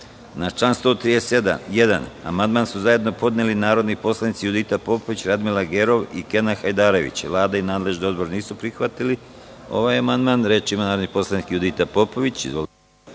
član 148. amandman su zajedno podneli narodni poslanici Judita Popović, Radmila Gerov i Kenan Hajdarević. Vlada i nadležni odbor nisu prihvatili amandman. Reč ima narodni poslanik Radmila Gerov.